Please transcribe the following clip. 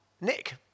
Nick